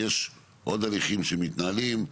יש עוד הליכים שמתנהלים,